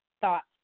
thoughts